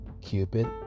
Cupid